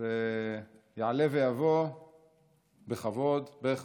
יעלה ויבוא בכבוד משה